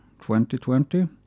2020